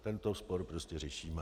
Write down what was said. Tento spor prostě řešíme.